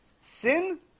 sin